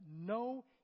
no